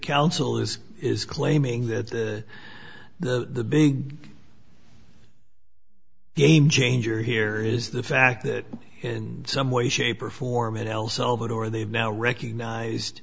is is claiming that the the the big game changer here is the fact that in some way shape or form in el salvador they have now recognized